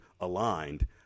aligned